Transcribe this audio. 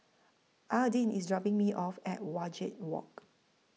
Aydin IS dropping Me off At Wajek Walk